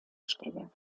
stelle